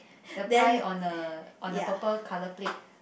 the pie on the on the purple color plate